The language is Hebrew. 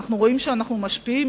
אנחנו רואים שאנחנו משפיעים,